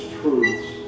truths